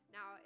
Now